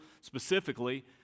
specifically